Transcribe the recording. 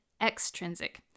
extrinsic